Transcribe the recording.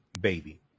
baby